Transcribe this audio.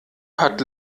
hat